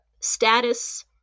status